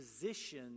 position